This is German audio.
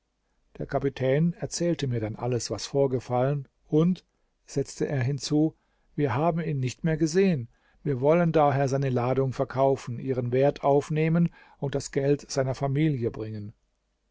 der kapitän erzählte mir dann alles was vorgefallen und setzte er hinzu wir haben ihn nicht mehr gesehen wir wollen daher seine ladung verkaufen ihren wert aufnehmen und das geld seiner familie bringen